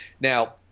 now